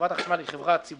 חברת החשמל היא חברה ציבורית.